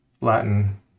Latin